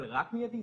אבל רק מיידי?